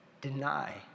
deny